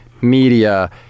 media